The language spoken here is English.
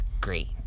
great